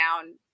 down